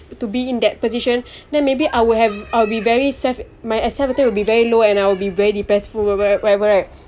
to be in that position then maybe I'll have I'll be very self my self esteem will be very low and I will be very depressed full or what~ whatever right